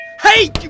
Hey